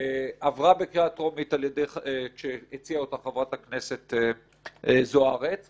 עברה בקריאה טרומית ההצעה שהציעה חברת הכנסת זוארץ ,